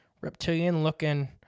reptilian-looking